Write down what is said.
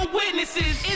witnesses